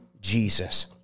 Jesus